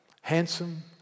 handsome